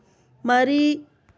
ꯃꯔꯤ